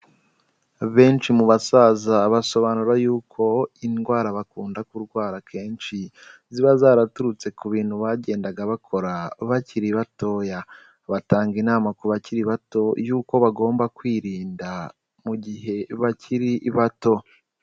Benshi mu basaza basobanura yuko indwara bakunda kurwara akenshi ziba zaraturutse ku bintu bagendaga bakora bakiri batoya, batanga inama ku bakiri bato y'uko bagomba kwirinda mu gihe bakiri bato.